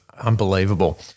Unbelievable